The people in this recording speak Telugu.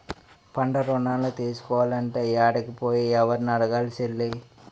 పంటరుణాలు తీసుకోలంటే యాడికి పోయి, యెవుర్ని అడగాలి సెల్లీ?